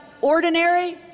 ordinary